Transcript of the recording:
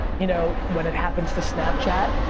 you know, when it happens to snapchat,